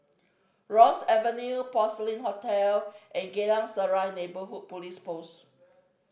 Ross Avenue Porcelain Hotel and Geylang Serai Neighbourhood Police Post